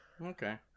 Okay